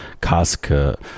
Casca